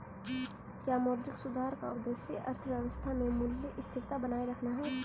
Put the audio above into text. क्या मौद्रिक सुधार का उद्देश्य अर्थव्यवस्था में मूल्य स्थिरता बनाए रखना है?